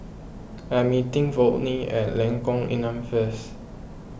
I am meeting Volney at Lengkong Enam first